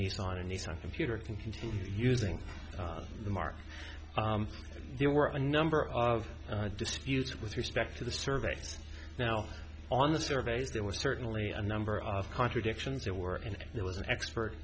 nissan and the sun computer can continue using the mark there were a number of disputes with respect to the surveys now on the surveys there was certainly a number of contradictions there were in there was an expert